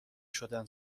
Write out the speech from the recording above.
شدن